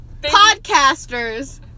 Podcasters